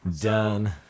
done